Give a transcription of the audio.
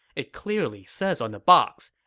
it clearly says on the box,